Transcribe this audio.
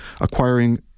acquiring